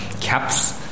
caps